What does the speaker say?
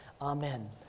amen